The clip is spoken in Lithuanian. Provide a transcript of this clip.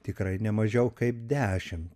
tikrai ne mažiau kaip dešimt